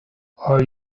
are